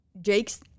Jake's